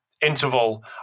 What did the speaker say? interval